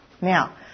Now